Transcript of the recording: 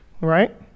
Right